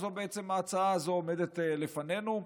זו בעצם ההצעה הזאת שעומדת לפנינו.